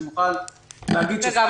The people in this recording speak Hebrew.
שנוכל להגיד --- רגע,